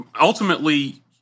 Ultimately